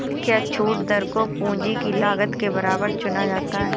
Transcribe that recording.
क्या छूट दर को पूंजी की लागत के बराबर चुना जाता है?